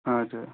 हजुर